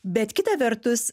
bet kita vertus